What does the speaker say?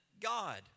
God